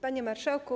Panie Marszałku!